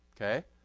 Okay